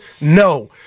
No